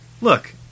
Look